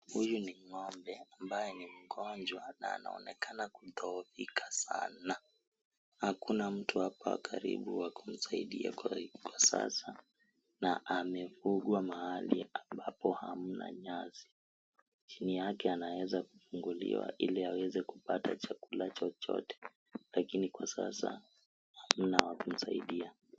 Huyu ni ngombe ambaye ni mgonjwa na anaonekana kudhoofika sana, na hakuna mtu ako karibu wa kumsdaidia kwa sasa na amefungwa mahali ambapo hamna nyasi ,chini yake anaeza kufunguliwa ili aweze kupata chakula chochote lakini kwa sasa hakuna wa kumsaidia.